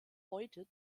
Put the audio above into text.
heute